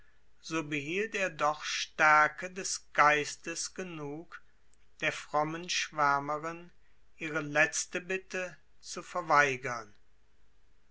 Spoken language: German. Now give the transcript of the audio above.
so behielt er doch stärke des geistes genug der frommen schwärmerin ihre letzte bitte zu verweigern